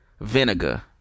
vinegar